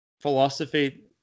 philosophy